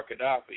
Gaddafi